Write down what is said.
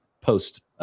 post